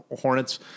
hornets